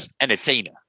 entertainer